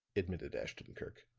admitted ashton-kirk.